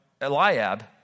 Eliab